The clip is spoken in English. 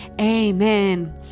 Amen